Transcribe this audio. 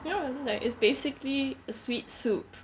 you know it's just like it's basically sweet soup